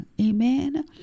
Amen